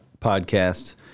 podcast